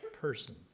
person